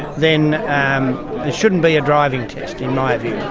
then there shouldn't be a driving test, in my view.